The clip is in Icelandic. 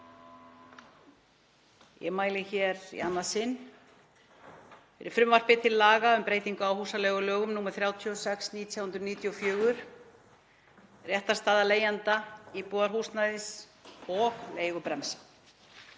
Ég mæli hér í annað sinn fyrir frumvarpi til laga um breytingu á húsaleigulögum, nr. 36/1994, réttarstaða leigjenda íbúðarhúsnæðis og leigubremsa.